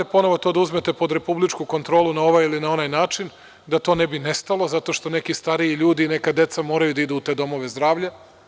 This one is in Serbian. Sada morate ponovo to da uzmete pod republičku kontrolu, na ovaj ili na onaj način, da to ne bi nestalo zato što neki stariji ljudi i neka deca moraju da idu u te domove zdravlja.